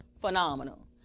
phenomenal